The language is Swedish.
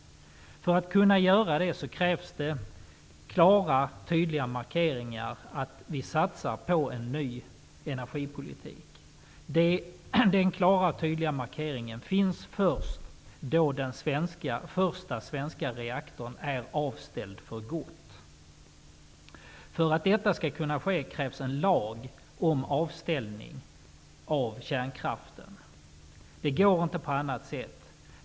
För att kunna göra det krävs klara och tydliga markeringar av att vi satsar på en ny energipolitik. Den klara och tydliga markeringen finns först då den första svenska reaktorn är avställd för gott. För att detta skall kunna ske krävs en lag om avställning av kärnkraften. Det går inte på annat sätt.